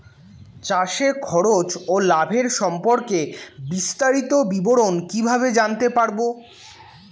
চাষে খরচ ও লাভের সম্পর্কে বিস্তারিত বিবরণ কিভাবে জানতে পারব?